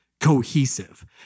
cohesive